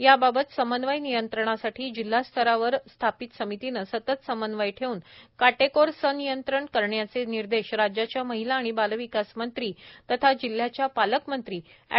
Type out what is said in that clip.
याबाबत समन्वय नियंत्रणासाठी जिल्हा स्तरावरही स्थापित समितीने सतत समन्वय ठेवून काटेकोर संनियंत्रण करण्याचे निर्देश राज्याच्या महिला आणि बालविकास मंत्री तथा जिल्ह्याच्या पालकमंत्री एड